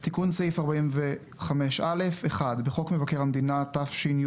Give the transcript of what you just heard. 12:30. הנושא: הצעת חוק מבקר המדינה (תיקון מס'